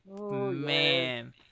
Man